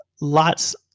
Lots